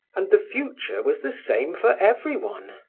and the future was the same for every one,